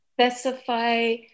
specify